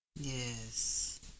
Yes